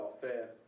fair